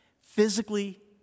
physically